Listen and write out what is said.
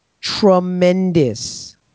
tremendous